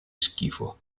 schifo